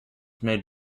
made